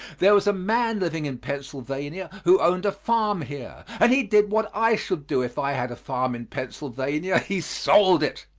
there was a man living in pennsylvania who owned a farm here and he did what i should do if i had a farm in pennsylvania he sold it.